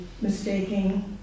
mistaking